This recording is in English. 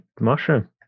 mushroom